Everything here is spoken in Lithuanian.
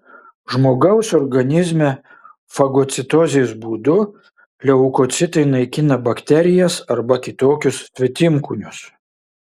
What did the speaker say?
žmogaus organizme fagocitozės būdu leukocitai naikina bakterijas arba kitokius svetimkūnius